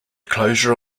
closure